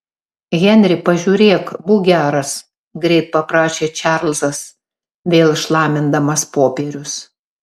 henri pažiūrėk būk geras greit paprašė čarlzas vėl šlamindamas popierius